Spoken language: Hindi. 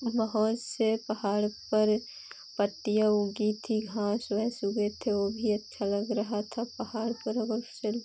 बहुत से पहाड़ पर पत्तियाँ उगी थी घास वास उगे थे वह भी अच्छा लग रहा था पहाड़ पर अगर सेल